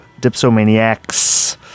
dipsomaniacs